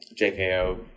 JKO